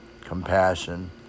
compassion